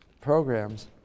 programs